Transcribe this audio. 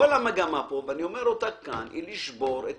כל המגמה פה, ואני אומר אותה כאן, היא לשבור את